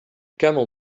camel